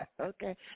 Okay